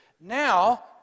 now